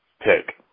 pick